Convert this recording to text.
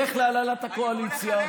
לך להנהלת הקואליציה,